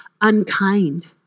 unkind